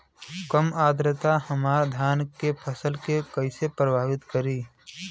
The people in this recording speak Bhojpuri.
कम आद्रता हमार धान के फसल के कइसे प्रभावित करी?